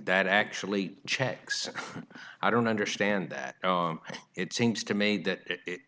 that actually checks i don't understand that it seems to me that